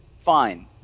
fine